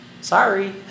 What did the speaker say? Sorry